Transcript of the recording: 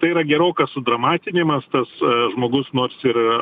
tai yra gerokas sudramatinamas tas žmogus nors ir